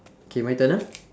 K my turn ah